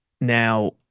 now